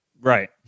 Right